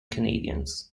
canadians